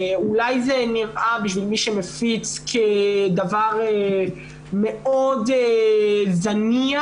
אולי בשביל מי שמפיץ זה נראה כדבר מאוד זניח,